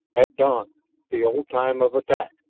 at dawn the old time of attack.